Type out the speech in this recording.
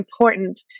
important